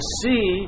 see